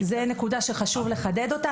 זו נקודה שחשוב לחדד אותה.